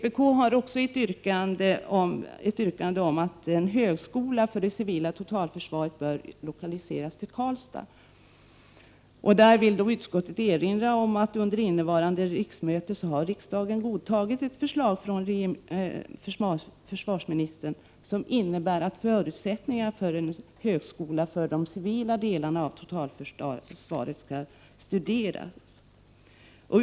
Vpk har också yrkat att en högskola för det civila totalförsvaret lokaliseras till Karlstad. Utskottet vill erinra om att riksdagen under innevarande riksmöte har godtagit ett förslag från försvarsministern som innebär att förutsättningarna för en högskola för de civila delarna av totalförsvaret skall studeras.